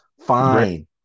Fine